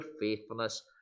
faithfulness